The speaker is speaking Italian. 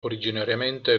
originariamente